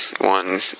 one